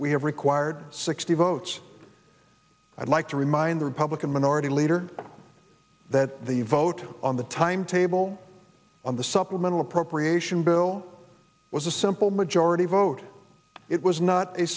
we have required sixty votes i'd like to remind the republican minority leader that the vote on the timetable on the supplemental appropriation bill was a simple majority vote it was not a